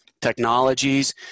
technologies